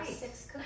six